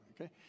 Okay